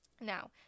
Now